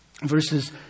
verses